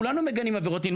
כולנו מגנים עבירות מין,